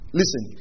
listen